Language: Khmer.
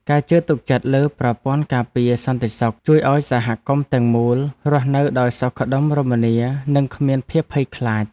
ការជឿទុកចិត្តលើប្រព័ន្ធការពារសន្តិសុខជួយឱ្យសហគមន៍ទាំងមូលរស់នៅដោយសុខដុមរមនានិងគ្មានភាពភ័យខ្លាច។